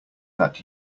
that